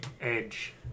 edge